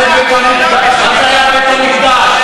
מה זה היה בית-המקדש?